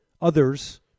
others